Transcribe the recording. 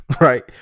Right